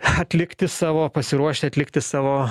atlikti savo pasiruošti atlikti savo